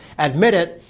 admitted,